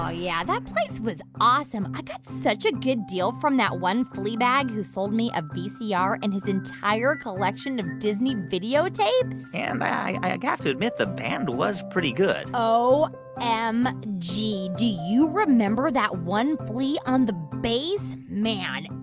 ah yeah, that place was awesome. i got such a good deal from that one fleabag who sold me a vcr and his entire collection of disney videotapes and i have to admit the band was pretty good o m g, do you remember that one flea on the bass? man,